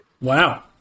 wow